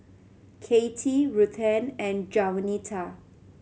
Katie Ruthanne and Jaunita